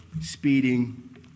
speeding